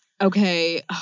Okay